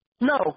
No